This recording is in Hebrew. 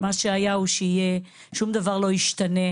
מה שהיה הוא שיהיה, שום דבר לא ישתנה.